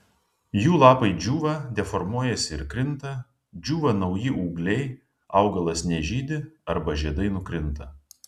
jų lapai džiūva deformuojasi ir krinta džiūva nauji ūgliai augalas nežydi arba žiedai nukrinta